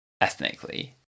ethnically